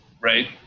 right